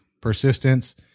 persistence